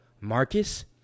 Marcus